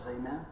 Amen